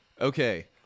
okay